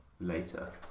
later